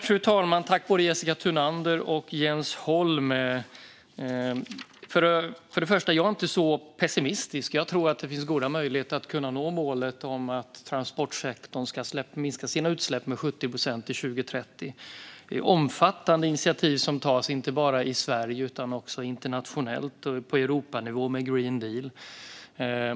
Fru talman! Jag tackar både Jessica Thunander och Jens Holm. Men jag är inte så pessimistisk. Jag tror att det finns goda möjligheter att nå målet att transportsektorn ska minska sina utsläpp med 70 procent till 2030. Det är omfattande initiativ som tas, inte bara i Sverige utan också internationellt och på Europanivå med Green Deal.